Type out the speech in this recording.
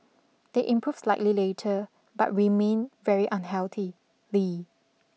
they improved slightly later but remained very unhealthy